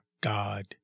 God